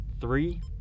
three